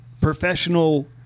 professional